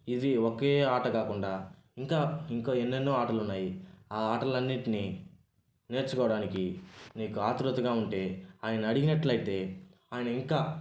ఇది ఒకే ఆట కాకుండా ఇంకా ఇంకా ఎన్నెన్నో ఆటలున్నాయి ఆటలు అన్నిటినీ నేర్చుకోవడానికి నీకు ఆతురతగా ఉంటే ఆయన్ని అడిగినట్లయితే ఆయన ఇంకా